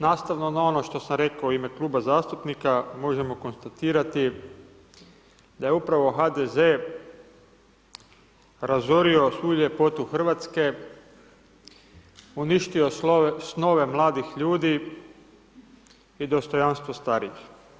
Nastavno na ono što sam rekao u ime kluba zastupnika, možemo konstatirati da je upravo HDZ razorio svu ljepotu RH, uništio snove mladih ljudi i dostojanstvo starijih.